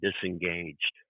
disengaged